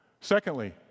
Secondly